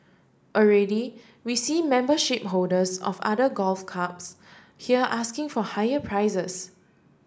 already we see membership holders of other golf clubs here asking for higher prices